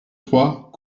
trois